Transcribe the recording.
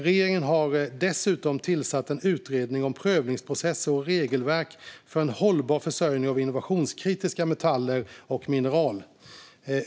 Regeringen har dessutom tillsatt en utredning om prövningsprocesser och regelverk för en hållbar försörjning av innovationskritiska metaller och mineral .